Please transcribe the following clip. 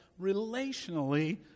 relationally